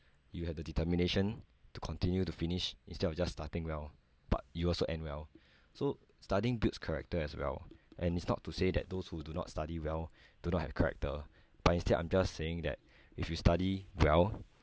you have the determination to continue to finish instead of just starting well but you also end well so studying builds character as well and it's not to say that those who do not study well do not have character but instead I'm just saying that if you study well